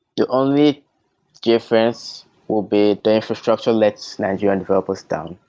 the only difference will be the infrastructure let's nigerian developers down.